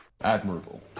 Admirable